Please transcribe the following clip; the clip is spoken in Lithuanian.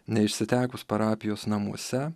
neišsitekus parapijos namuose